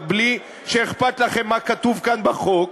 רק בלי שאכפת לכם מה כתוב כאן בחוק,